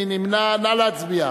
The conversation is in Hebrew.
מי נמנע?